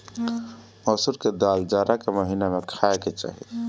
मसूर के दाल जाड़ा के महिना में खाए के चाही